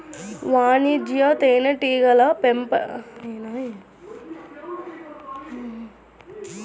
వాణిజ్య తేనెటీగల పెంపకందారులకు అన్ని రకాలుగా తేనెటీగల పెంపకం పైన అవగాహన ఉండాలి